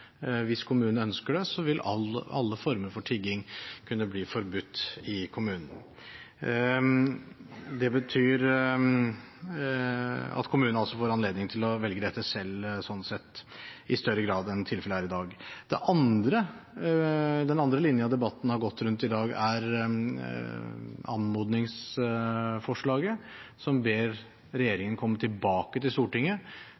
Hvis kommunen ønsker det, vil alle former for tigging kunne bli forbudt i kommunen. Det betyr, slik sett, at kommunen får anledning til å velge dette selv i større grad enn tilfellet er i dag. Den andre linjen debatten har gått rundt i dag, er anmodningsforslaget, der en ber